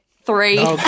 Three